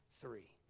three